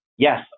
Yes